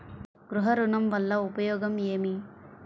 గృహ ఋణం వల్ల ఉపయోగం ఏమి?